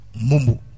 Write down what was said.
mumu